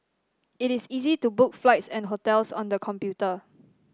it is easy to book flights and hotels on the computer